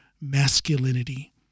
masculinity